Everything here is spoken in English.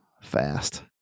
fast